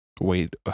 wait